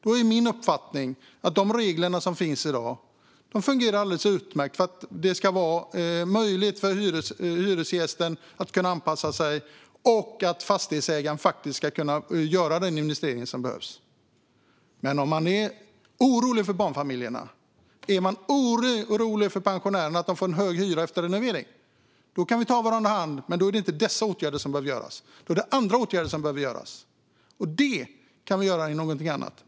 Då är min uppfattning att de regler som finns i dag fungerar alldeles utmärkt för att det ska vara möjligt för hyresgästen att anpassa sig och för fastighetsägaren att göra den investering som behövs. Om man är orolig för att barnfamiljerna och pensionärerna ska få en hög hyra efter renovering kan vi ta varandra i hand. Men då är det inte dessa åtgärder utan andra åtgärder som behövs.